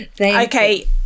Okay